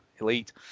Elite